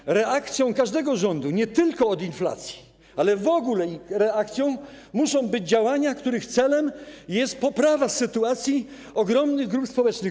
I reakcją każdego rządu nie tylko od inflacji, ale w ogóle reakcją muszą być działania, których celem jest poprawa sytuacji ogromnych grup społecznych.